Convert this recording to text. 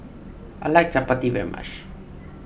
I like Chappati very much